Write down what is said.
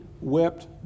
wept